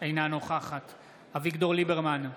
אינה נוכחת אביגדור ליברמן,